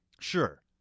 Sure